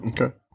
okay